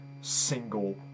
single